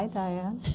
ah diane.